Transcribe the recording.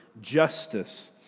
justice